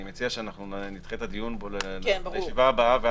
אני מציע שנדחה את הדיון בו לישיבה הבאה,